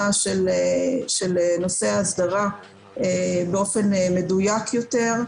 של נושא ההסדרה באופן מדויק יותר,